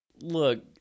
Look